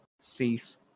Cease